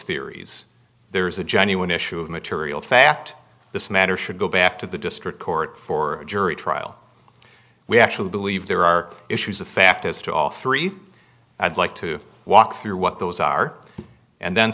theories there is a genuine issue of material fact this matter should go back to the district court for a jury trial we actually believe there are issues of fact as to all three i'd like to walk through what those are and then